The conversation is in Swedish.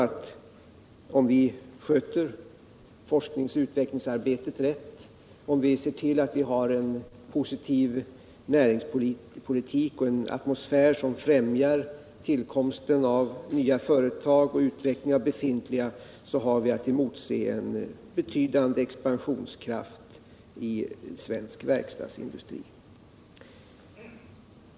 Om vi sköter forskningsoch utvecklingsarbetet rätt, om vi ser till att vi har en positiv näringspolitik och en atmosfär som främjar tillkomsten av nya och utveckling av befintliga företag tror jag att vi har att emotse en betydande expansionskraft i svensk verkstadsindustri.